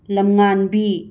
ꯂꯝꯉꯥꯟꯕꯤ